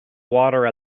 water